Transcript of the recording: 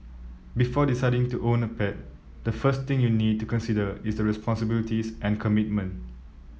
before deciding to own a pet the first thing you need to consider is the responsibilities and commitment